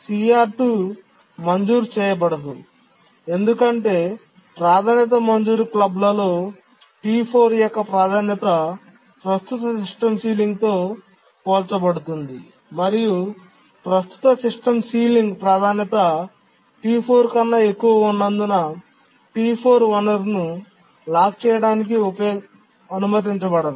CR2 మంజూరు చేయబడదు ఎందుకంటే ప్రాధాన్యత మంజూరు క్లబ్లలో T4 యొక్క ప్రాధాన్యత ప్రస్తుత సిస్టమ్ సీలింగ్తో పోల్చబడుతుంది మరియు ప్రస్తుత సిస్టమ్ సీలింగ్ ప్రాధాన్యత T4 కన్నా ఎక్కువగా ఉన్నందున T4 వనరును లాక్ చేయడానికి అనుమతించబడదు